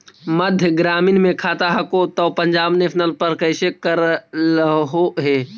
मध्य ग्रामीण मे खाता हको तौ पंजाब नेशनल पर कैसे करैलहो हे?